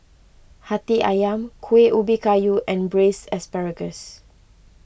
Hati Ayam Kuih Ubi Kayu and Braised Asparagus